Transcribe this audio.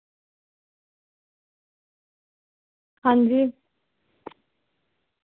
हां जी